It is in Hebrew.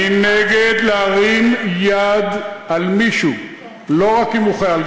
אני נגד להרים יד על מישהו; לא רק אם הוא חייל,